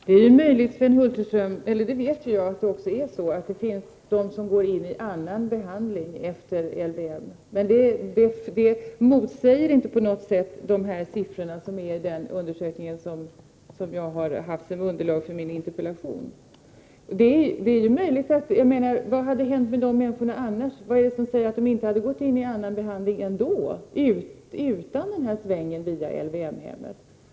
Herr talman! Vi vet att det finns klienter som går in i annan behandling efter LYM-behandlingen. Men det motsäger inte på något sätt siffrorna i den undersökning som jag haft som underlag för min interpellation. Vad hade hänt med dessa människor om de fått annan behandling än denna LVM behandling? Vad är det som säger att de inte hade fortsatt med behandlingen utan denna sväng via LVM-hemmet?